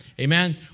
Amen